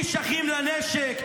איש אחים לנשק,